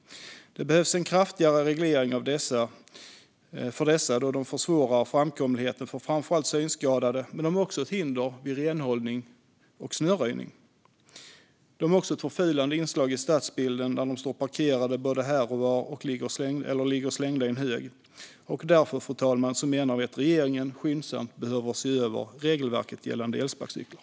Det behövs en kraftigare reglering av elsparkcyklarna då de försvårar framkomligheten för framför allt synskadade. Men de är också ett hinder vid renhållning och snöröjning. De är också ett förfulande inslag i stadsbilden när de står parkerade både här och där eller ligger slängda i en hög. Därför, fru talman, menar vi att regeringen skyndsamt behöver se över regelverket gällande elsparkcyklar.